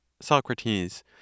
Socrates